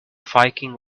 viking